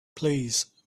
please